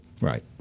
Right